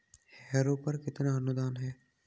Harrow पर कितना अनुदान है?